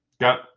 Got